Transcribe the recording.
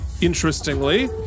interestingly